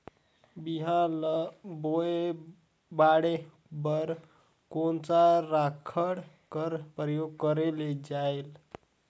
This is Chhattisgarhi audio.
बिहान ल बोये बाढे बर कोन सा राखड कर प्रयोग करले जायेल?